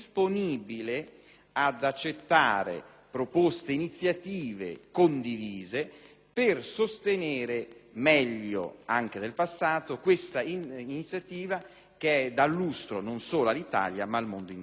ad accettare proposte ed iniziative condivise per sostenere, anche meglio del passato, questa iniziativa che dà lustro non solo all'Italia ma al mondo intero.